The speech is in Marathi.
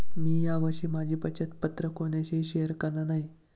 मी या वर्षी माझी बचत पत्र कोणाशीही शेअर करणार नाही